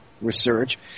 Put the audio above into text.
research